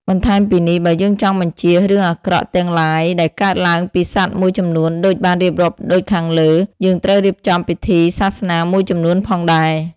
បន្ថែមពីនេះ បើយើងចង់បញ្ចៀសរឿងអាក្រក់ទាំងឡាញដែលកើតឡើងពីសត្វមួយចំនួនដូចបានរៀបរាប់ដូចខាងលើ យើងត្រូវរៀបចំពិធីសាសនាមួយចំនួនផងដែរ។